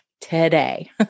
today